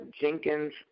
Jenkins